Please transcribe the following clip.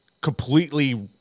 completely